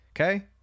okay